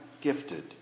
gifted